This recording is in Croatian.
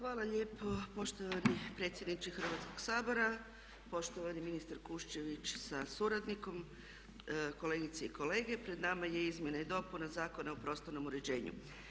Hvala lijepo poštovani predsjedniče Hrvatskog sabora, poštovani ministre Kuščević sa suradnikom, kolegice i kolege pred nama je Izmjena i dopuna Zakona o prostornom uređenju.